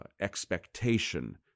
expectation